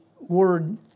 word